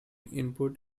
input